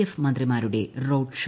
F മ്യന്ത്രീമാരുടെ roadshow